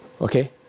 Okay